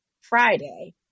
Friday